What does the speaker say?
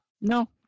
No